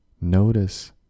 Notice